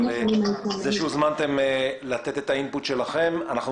אבל זה שהוזמנתם לתת את האינפוט שלכם זה מראה